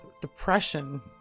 depression